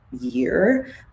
year